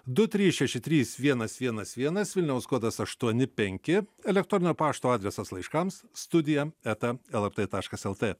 du trys šeši trys vienas vienas vienas vilniaus kodas aštuoni penki elektroninio pašto adresas laiškams studija eta lr taškas lt